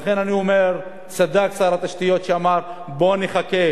לכן אני אומר, צדק שר התשתיות שאמר: בוא נחכה